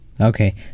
Okay